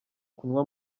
kunywa